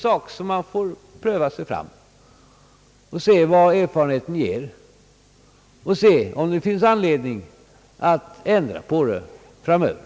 Man får dock pröva sig fram och se vilka erfarenheterna blir och om det framöver kommer att bli anledning till ändringar.